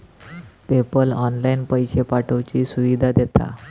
PayPal online पैशे पाठवुची सुविधा देता